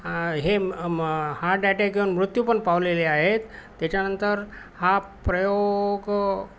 हे म heart attack येणं मृत्यूपण पावलेले आहेत त्याच्यानंतर हा प्रयोग